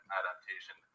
adaptation